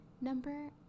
Number